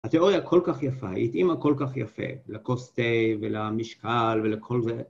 התיאוריה כל כך יפה, היא תאימה כל כך יפה לקוסטי ולמשקל ולכל זה.